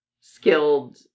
skilled